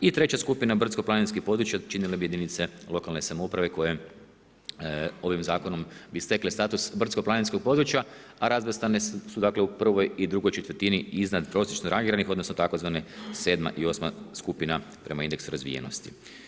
I treća skupina brdsko-planinskih područja činile bi jedinice lokalne samouprave koje ovim zakonom bi stekle status brdsko-planinskog područja a razvrstane su dakle u prvoj i drugoj četvrtini iznad prosječno rangiranih, odnosno tzv. 7. i 8. skupina prema indeksu razvijenosti.